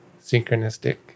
synchronistic